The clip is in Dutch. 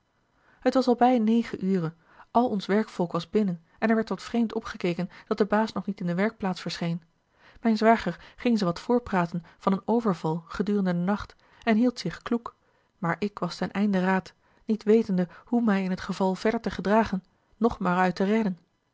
het was al bij negen ure al ons werkvolk was binnen en er werd wat vreemd opgekeken dat de baas nog niet in de werkplaats verscheen mijn zwager ging ze wat voorpraten van een overval gedurende den nacht en hield zich kloek maar ik was ten einde raad niet wetende hoe mij in t geval verder te gedragen noch me er uit te redden